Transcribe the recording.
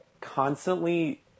constantly